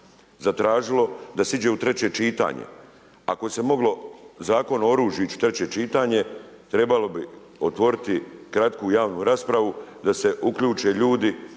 zatražilo da se ide u treće čitanje, ako se moglo Zakon o oružju ići u treće čitanje, trebalo otvoriti kratku javnu raspravu da se uključe ljudi,